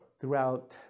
throughout